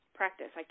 practice